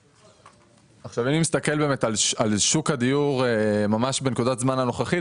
אם נסתכל על שוק הדיור בנקודת הזמן הנוכחית,